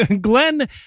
Glenn